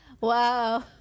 Wow